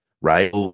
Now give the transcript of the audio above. right